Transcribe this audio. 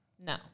No